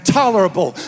tolerable